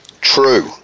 True